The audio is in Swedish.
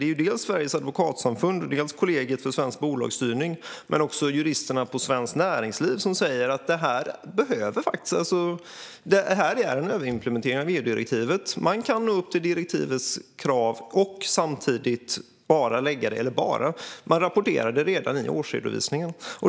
Det är dels Sveriges advokatsamfund, dels Kollegiet för svensk bolagsstyrning och dels juristerna på Svenskt Näringsliv. De menar att man kan nå upp till direktivets krav genom att rapportera det redan i årsredovisningen.